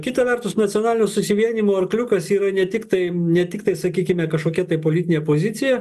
kita vertus nacionalinių susivienijimų arkliukas yra ne tik tai ne tiktai sakykime kažkokia politinė pozicija